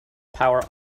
power